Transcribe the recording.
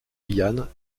guyane